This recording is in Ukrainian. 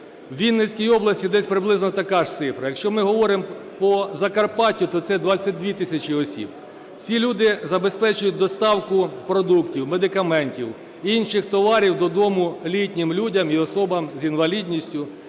У Вінницькій області десь приблизно така ж цифра. Якщо ми говоримо по Закарпаттю, то це 22 тисячі осіб. Ці люди забезпечують доставку продуктів, медикаментів, інших товарів додому літнім людям і особам з інвалідністю